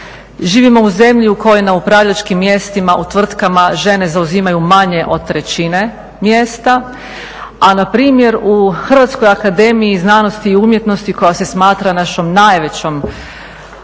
živimo u zemlji u kojoj na upravljačkim mjestima u tvrtkama žene zauzimaju manje od trećine mjesta, a npr. u Hrvatskoj akademiji znanosti i umjetnosti koja se smatra našom najvećom